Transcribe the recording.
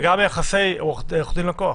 וגם יחסי עורך דין לקוח.